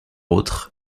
autres